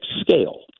scale